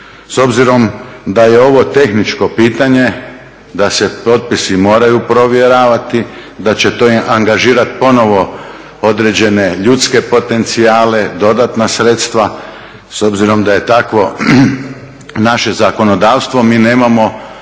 S obzirom da je ovo tehničko pitanje, da se potpisi moraju provjeravati, da će to angažirati povremeno određene ljudske potencijale, dodatna sredstva, s obzirom da je takvo naše zakonodavstvo mi nemamo